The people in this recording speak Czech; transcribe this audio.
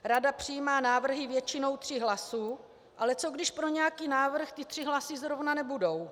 Rada přijímá návrhy většinou tří hlasů, ale co když pro nějaký návrh ty tři hlasy zrovna nebudou?